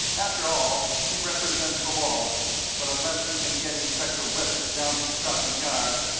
after all, he represents the law but unless we can get inspector wessex down from scotland yard,